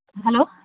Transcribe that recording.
hello